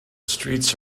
streets